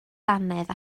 dannedd